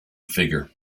figure